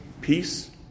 peace